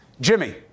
Jimmy